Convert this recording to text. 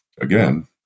again